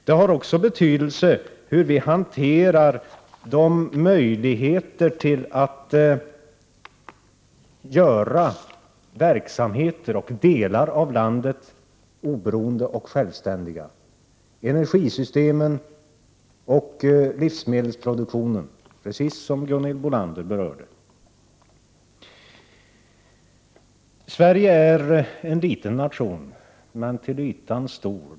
Det har också betydelse hur man hanterar möjligheterna att göra verksamheter och delar av landet oberoende och självständiga — energisystemen och livsmedelsproduktionen, precis som Gunhild Bolander sade. Sverige är en liten nation men till ytan stor.